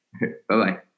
Bye-bye